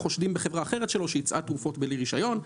חושדים בחברה אחרת שלו שייצאה תרופות בלי רישיון.